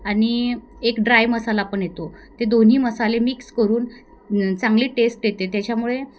आणि एक ड्राय मसाला पण येतो ते दोन्ही मसाले मिक्स करून चांगले टेस्ट येते त्याच्यामुळे